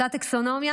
אותה טקסונומיה,